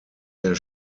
der